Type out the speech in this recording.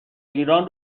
ایران